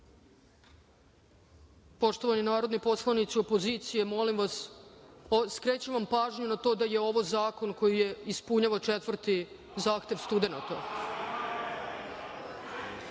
predlog. Poštovani narodni poslanici opozicije, molim vas, skrećem vam pažnju na to da je ovo zakon koji ispunjava četvrti zahtev studenata. Ne